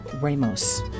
Ramos